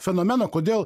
fenomeno kodėl